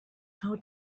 how